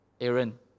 Aaron